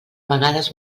vegades